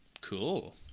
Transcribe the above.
Cool